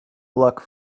luck